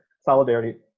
solidarity